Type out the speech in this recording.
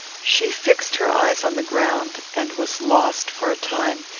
she fixed her eyes on the ground, and was lost, for a time,